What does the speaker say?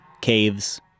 caves